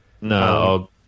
No